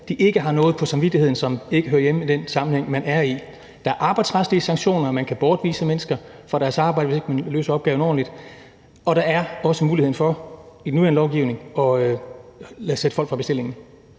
ikke har noget på samvittigheden, som ikke hører hjemme i den sammenhæng, man er i. Der er arbejdsretlige sanktioner. Man kan bortvise mennesker fra deres arbejde, hvis de ikke løser opgaven ordentligt. Og der er også i den nuværende lovgivning muligheden for at sætte folk fra bestillingen.